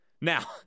Now